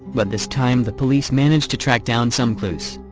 but this time the police managed to track down some clues.